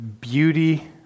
Beauty